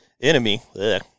enemy